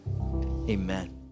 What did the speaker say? amen